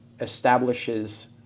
establishes